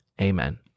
Amen